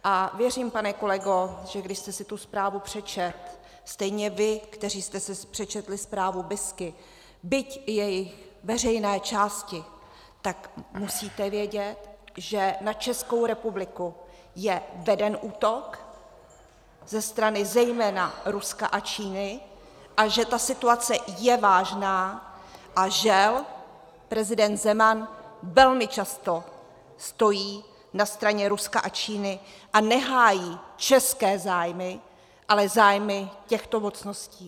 A věřím, pane kolego, že když jste si tu zprávu přečetl, stejně vy, kteří jste si přečetli zprávu BIS, byť i její veřejné části, tak musíte vědět, že na Českou republiku je veden útok ze strany zejména Ruska a Číny a že ta situace je vážná a že prezident Zeman velmi často stojí na straně Ruska a Číny a nehájí české zájmy, ale zájmy těchto mocností.